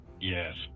Yes